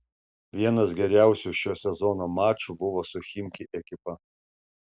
vienas geriausių šio sezono mačų buvo su chimki ekipa